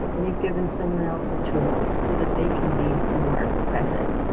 and you've given someone else a tool, so that they can be more present.